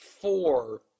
four